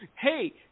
Hey